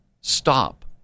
stop